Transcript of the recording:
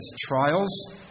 trials